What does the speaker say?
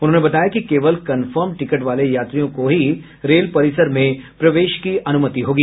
उन्होंने बताया कि केवल कंफर्म टिकट वाले यात्रियों को ही रेल परिसर में प्रवेश की अनुमति होगी